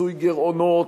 לכיסוי גירעונות,